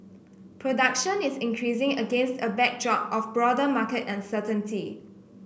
production is increasing against a backdrop of broader market uncertainty